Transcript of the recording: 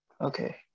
Okay